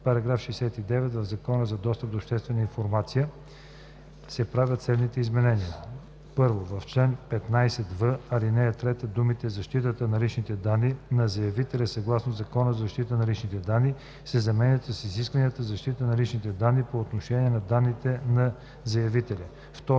§ 69: „§ 69. В Закона за достъп до обществена информация (обн., ДВ, бр. ...) се правят следните изменения: 1. В чл. 15в, ал. 3 думите „защитата на личните данни на заявителя съгласно Закона за защита на личните данни“ се заменят с „изискванията за защита на личните данни по отношение на данните на заявителя“.